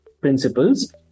principles